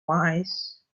wise